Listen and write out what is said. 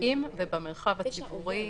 בעסקים ובמרחב הציבורי